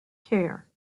care